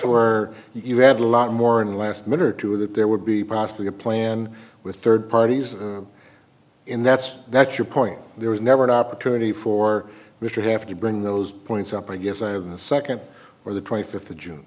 where you have a lot more in the last minute or two that there would be possibly a plan with third parties in that's that your point there was never an opportunity for which you have to bring those points up i guess i have the second or the twenty fifth of june